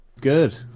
good